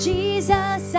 Jesus